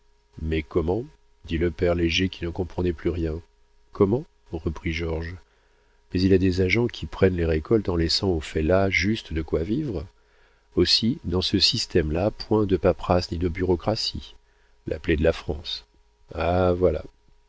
mais comment dit le père léger qui ne comprenait plus rien comment reprit georges mais il a des agents qui prennent les récoltes en laissant aux fellahs juste de quoi vivre aussi dans ce système-là point de paperasses ni de bureaucratie la plaie de la france ah voilà